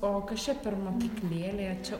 o kas čia per mokyklėlė čia